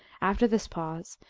after this pause,